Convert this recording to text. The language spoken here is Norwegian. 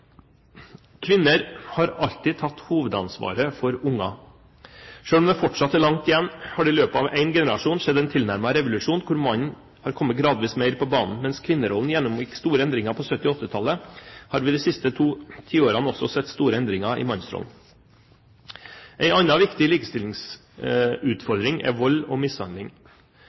Kvinner har alltid tatt hovedansvaret for barn. Selv om det fortsatt er langt igjen, har det i løpet av én generasjon skjedd en tilnærmet revolusjon der mannen gradvis har kommet mer på banen. Mens kvinnerollen gjennomgikk store endringer på 1970- og 1980-tallet, har vi de siste to tiårene også sett store endringer i mannsrollen. En annen viktig likestillingsutfordring er vold og mishandling.